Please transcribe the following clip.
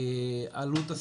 עלות השיחה.